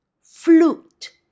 Flute